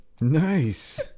Nice